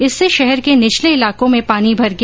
इससे शहर के निचले इलाकों में पानी भर गया